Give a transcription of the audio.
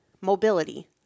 mobility